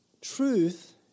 Truth